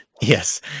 yes